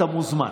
אתה מוזמן.